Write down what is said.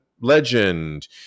legend